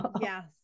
Yes